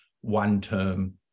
one-term